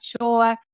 sure